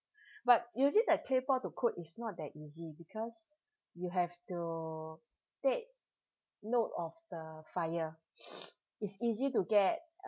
but using the claypot to cook is not that easy because you have to take note of the fire it's easy to get